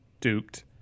duped